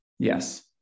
Yes